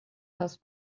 has